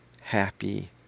happy